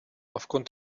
aufgrund